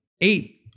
eight